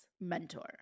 mentor